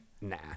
Nah